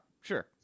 Sure